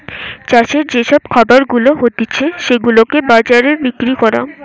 চাষের যে সব খাবার গুলা হতিছে সেগুলাকে বাজারে বিক্রি করা